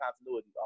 continuity